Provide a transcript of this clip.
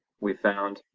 we found,